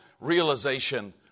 realization